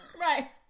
Right